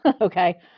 okay